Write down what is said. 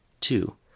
Two